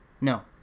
no